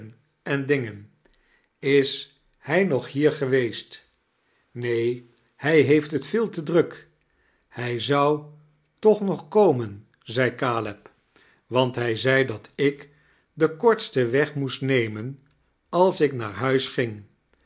en dingen is hij ook hier geweest neen hg heeft t veel te druk hij zou toch nog komen zei caleb want hij zei dat ik den kortsten weg moest nemen als ik naar huis ging